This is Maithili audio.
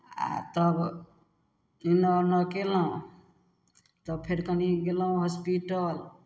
आ तब एन्नऽ ओन्नऽ कयलहुँ तब फेर कनि गयलहुँ हॉस्पिटल